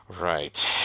Right